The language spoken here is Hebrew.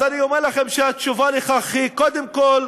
אז אני אומר לכם שהתשובה על כך היא: קודם כול,